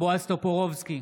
בועז טופורובסקי,